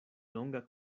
longa